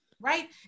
Right